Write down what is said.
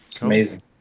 Amazing